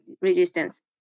resistance